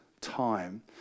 time